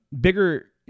Bigger